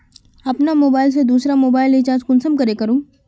अपना मोबाईल से दुसरा मोबाईल रिचार्ज कुंसम करे करूम?